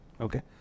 Okay